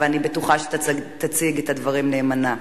ואני בטוחה שתציג את הדברים נאמנה.